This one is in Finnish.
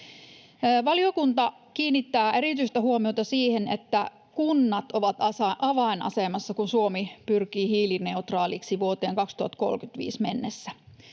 Valiokunta kiinnittää erityistä huomiota siihen, että kunnat ovat avainasemassa, kun Suomi pyrkii hiilineutraaliksi vuoteen 2035 mennessä.